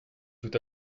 tout